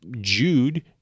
Jude